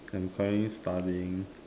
I'm currently studying